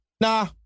Nah